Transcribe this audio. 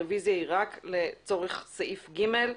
הרביזיה היא רק לצורך סעיף (ג)